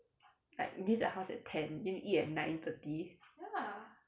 like leave the house at ten then you eat at nine thirty